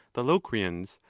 the locrians,